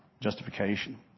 Justification